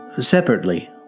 Separately